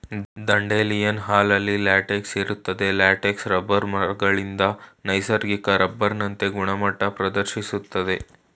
dandelion ಹಾಲಲ್ಲಿ latex ಇರ್ತದೆ latex rubber ಮರಗಳಿಂದ ನೈಸರ್ಗಿಕ ರಬ್ಬರ್ನಂತೆ ಗುಣಮಟ್ಟ ಪ್ರದರ್ಶಿಸ್ತದೆ